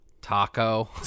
Taco